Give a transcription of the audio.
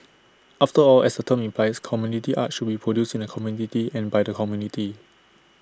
after all as the term implies community arts should be produced in the community and by the community